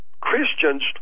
Christians